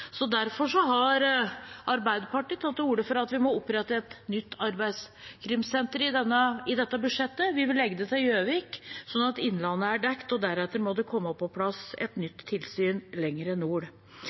derfor har Arbeiderpartiet tatt til orde for at vi i dette budsjettet må opprette et nytt arbeidskrimsenter. Vi vil legge det til Gjøvik, slik at Innlandet er dekket. Deretter må det komme på plass et